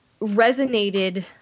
resonated